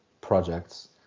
projects